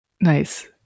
Nice